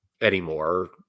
anymore